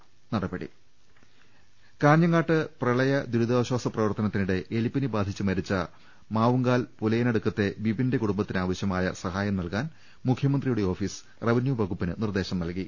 രുള്ളട്ട്ട്ട്ട്ട്ട്ട കാഞ്ഞങ്ങാട്ട് പ്രളയദുരിതാശ്ചാസ പ്രവർത്തനത്തിനിടെ എലിപ്പനി ബാധിച്ച് മരിച്ച മാവുങ്കാൽ പുലയനടുക്കത്തെ വിബിന്റെ കുടുംബത്തിനാവശ്യമായ സഹായം നൽകാൻ മുഖ്യമന്ത്രിയുടെ ഓഫീസ് റവന്യൂ വകുപ്പിന് നിർദ്ദേശം നൽകി